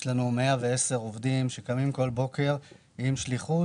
יש לנו 110 עובדים שקמים כל בוקר עם תחושת שליחות,